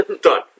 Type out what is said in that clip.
done